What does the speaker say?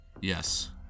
Yes